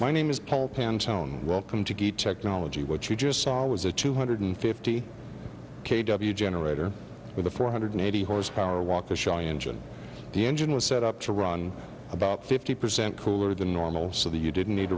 my name is paul poundstone welcome to geek technology what you just saw was a two hundred fifty k w generator with a four hundred eighty horsepower walkinshaw engine the engine was set up to run about fifty percent cooler than normal so that you didn't need